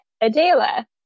Adela